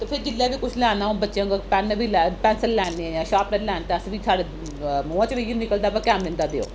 ते फिर जिल्लै बी कुछ लैना होऐ बच्चें अगर पैन्न बी लै पैन्सल लैने ऐ जां शापर्नर लैना ते साढ़े मुहां चा बी इ'यो निकलदा कि भाई कैमलिन दा देओ